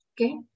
Okay